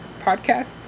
podcast